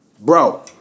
Bro